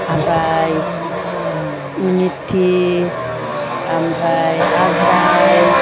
ओमफ्राय मेथि ओमफ्राय आजराइन